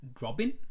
Robin